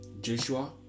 Joshua